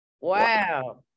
Wow